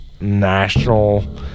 national